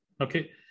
Okay